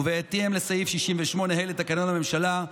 ובהתאם לסעיף 68 לתקנון הממשלה,